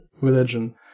religion